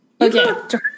Okay